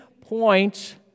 point